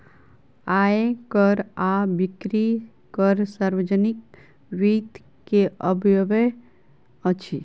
आय कर आ बिक्री कर सार्वजनिक वित्त के अवयव अछि